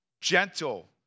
Gentle